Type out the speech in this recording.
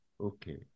Okay